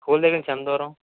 school దగ్గర నుంచి ఎంత దూరం